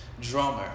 drummer